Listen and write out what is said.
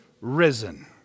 risen